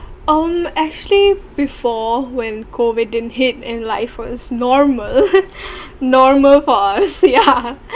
um actually before when COVID didn't hit and life first normal normal for us yeah